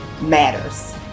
matters